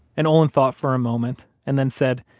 and olin thought for a moment and then said,